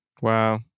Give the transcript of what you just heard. Wow